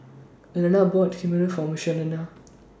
Elena bought Chigenabe For Michelina